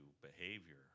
behavior